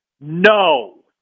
No